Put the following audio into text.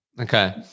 Okay